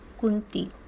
Kunti